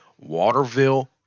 Waterville